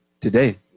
today